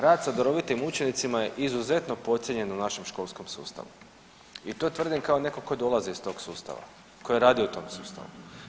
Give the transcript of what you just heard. Rad sa darovitim učenicima je izuzetno podcijenjen u našem školskom sustavu i to tvrdim kao netko tko dolazi iz tog sustava, tko je radio u tom sustavu.